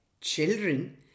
Children